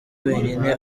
wenyine